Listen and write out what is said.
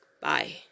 Bye